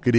good